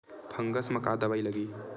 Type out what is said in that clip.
Fungus म का दवाई लगी?